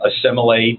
assimilate